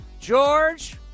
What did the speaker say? George